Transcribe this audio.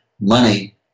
money